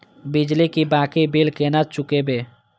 बिजली की बाकी बील केना चूकेबे?